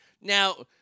Now